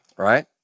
Right